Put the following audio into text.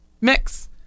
mix